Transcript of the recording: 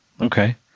Okay